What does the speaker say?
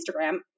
Instagram